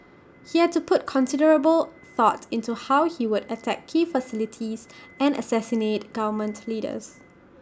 he had put considerable thought into how he would attack key facilities and assassinate government leaders